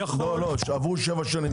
יכול --- כשעברו שבע שנים.